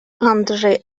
andrzej